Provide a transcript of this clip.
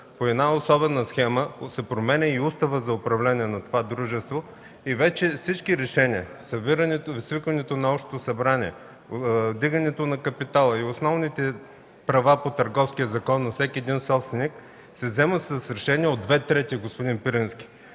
по особена схема се променя и Уставът за управление на това дружество. Вече всички решения – за събирането и свикването на Общото събрание, вдигането на капитала и основните права по Търговския закон на всеки собственик, се вземат с решение от две трети. Господин Пирински,